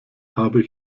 habe